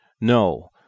No